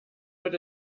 wird